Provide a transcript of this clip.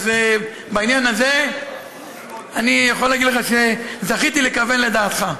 בעניין הזה אני יכול לומר לך שזכיתי לכוון לדעתך.